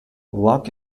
luck